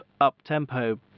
up-tempo